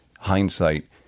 hindsight